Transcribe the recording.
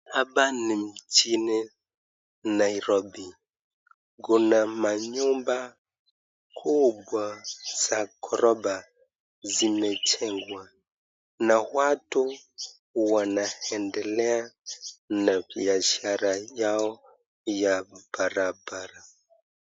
Hapa ni mjini Nairobi. Kuna manyumba kubwa za ghorofa zimejengwa na watu wanaendelea na biashara yao ya barabara.